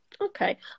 Okay